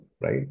right